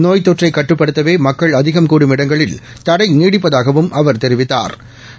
நோய்த்தொற்றை கட்டுப்படுத்தவே மக்கள் அதிகம் கூடும் இடங்களில் தடை நீடிப்பதாகவும் அவர் தெரிவித்தா்